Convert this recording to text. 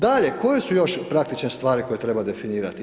Dalje, koje su još praktične stvari koje treba definirati?